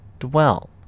Dwell